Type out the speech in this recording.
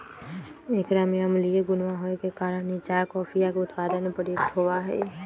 एकरा में अम्लीय गुणवा होवे के कारण ई चाय कॉफीया के उत्पादन में प्रयुक्त होवा हई